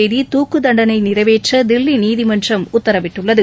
தேதி தூக்கு தண்டனை நிறைவேற்ற தில்லி நீதிமன்றம் உத்தரவிட்டுள்ளது